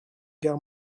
guerre